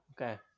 Okay